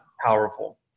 Powerful